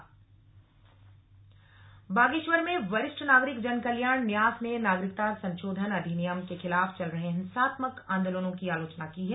विरोध बागेश्वर बागेश्वर में वरिष्ठ नागरिक जनकल्याण न्यास ने नागरिकता संशोधन अधिनियम के खिलाफ चल रहे हिंसात्मक आंदोलनों की आलोचना की है